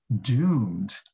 doomed